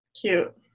Cute